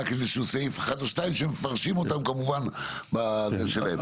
רק איזה סעיף אחד או שניים שהם מפרשים אותם כמובן בדרך שלהם.